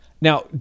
Now